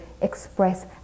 express